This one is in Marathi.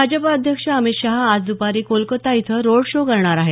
भाजपा अध्यक्ष अमित शहा आज द्पारी कोलकता इथं रोड शो करणार आहेत